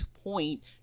point